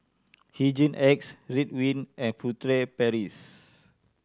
Hygin X Ridwind and Furtere Paris